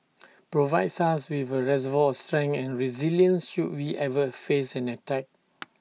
provides us with A reservoir of strength and resilience should we ever face an attack